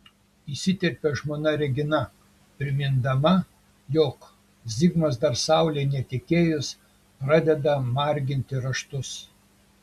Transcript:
įsiterpia žmona regina primindama jog zigmas dar saulei netekėjus pradeda marginti raštus